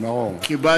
מפני